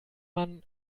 man